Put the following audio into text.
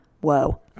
Whoa